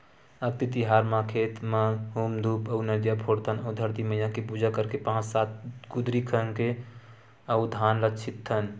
अक्ती तिहार म खेत म हूम धूप अउ नरियर फोड़थन अउ धरती मईया के पूजा करके पाँच सात कुदरी खनथे अउ धान ल छितथन